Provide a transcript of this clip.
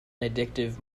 addictive